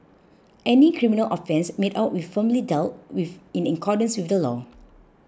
any criminal offence made out will firmly dealt with in accordance with the law